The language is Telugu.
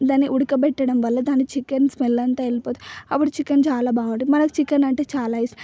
దాన్ని ఉడకపెట్టడం వల్ల దాని చికెన్ స్మెల్ అంతా వెళ్ళిపోతుంది అప్పుడు చికెన్ చాలా బాగుంటుంది మనకి చికెన్ అంటే చాలా ఇష్టం